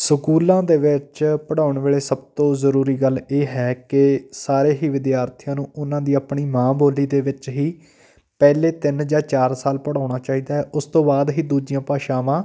ਸਕੂਲਾਂ ਦੇ ਵਿੱਚ ਪੜ੍ਹਾਉਣ ਵੇਲੇ ਸਭ ਤੋਂ ਜ਼ਰੂਰੀ ਗੱਲ ਇਹ ਹੈ ਕਿ ਸਾਰੇ ਹੀ ਵਿਦਿਆਰਥੀਆਂ ਨੂੰ ਉਹਨਾਂ ਦੀ ਆਪਣੀ ਮਾਂ ਬੋਲੀ ਦੇ ਵਿੱਚ ਹੀ ਪਹਿਲੇ ਤਿੰਨ ਜਾਂ ਚਾਰ ਸਾਲ ਪੜ੍ਹਾਉਣਾ ਚਾਹੀਦਾ ਉਸ ਤੋਂ ਬਾਅਦ ਹੀ ਦੂਜੀਆਂ ਭਾਸ਼ਾਵਾਂ